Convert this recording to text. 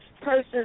persons